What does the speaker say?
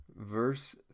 Verse